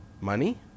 money